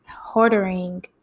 hoarding